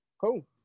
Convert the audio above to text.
cool